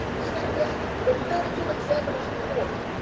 step eight, the medical examiner's report.